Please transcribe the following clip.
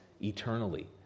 eternally